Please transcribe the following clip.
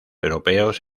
europeos